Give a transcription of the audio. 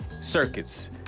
circuits